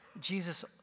Jesus